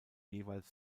jeweils